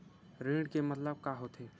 ऋण के मतलब का होथे?